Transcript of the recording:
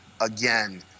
again